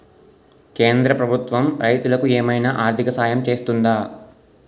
కేంద్ర ప్రభుత్వం రైతులకు ఏమైనా ఆర్థిక సాయం చేస్తుందా?